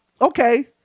okay